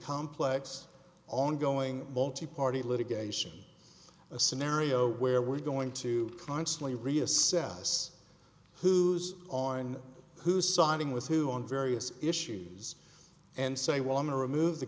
complex ongoing multi party litigation a scenario where we're going to constantly reassess who's on who's siding with who on various issues and so they want to remove the